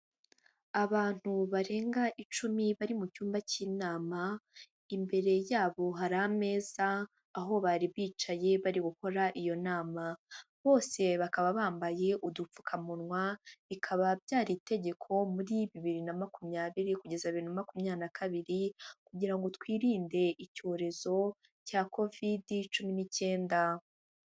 Abantu barenga icumi bari mu cyumba cy'inama, imbere yabo hari ameza aho bari bicaye bari gukora iyo nama. Bose bakaba bambaye udupfukamunwa, bikaba byari itegeko muri bibiri na makumyabiri kugeza bibiri na makumyabiri na kabiri kugira ngo twirinde icyorezo cya kovidi cumi n'icyenda.